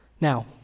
Now